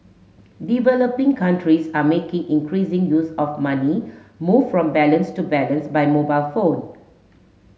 developing countries are making increasing use of money moved from balance to balance by mobile phone